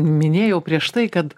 minėjau prieš tai kad